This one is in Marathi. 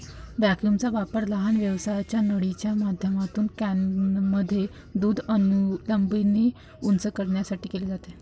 व्हॅक्यूमचा वापर लहान व्यासाच्या नळीच्या माध्यमातून कॅनमध्ये दूध अनुलंबपणे उंच करण्यासाठी केला जातो